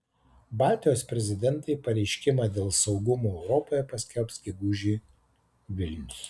baltijos prezidentai pareiškimą dėl saugumo europoje paskelbs gegužį vilnius